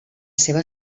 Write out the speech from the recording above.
seva